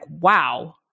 wow